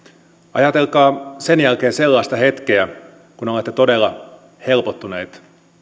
ajatelkaa sen jälkeen sellaista hetkeä kun olette todella helpottuneita